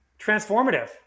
transformative